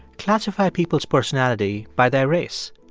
classify people's personality by their race.